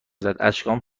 زد، اشکام